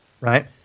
Right